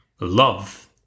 Love